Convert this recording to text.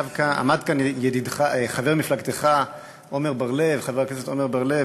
עמד כאן חבר מפלגתך חבר הכנסת עמר בר-לב,